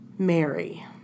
Mary